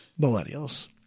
millennials